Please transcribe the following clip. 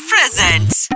Presents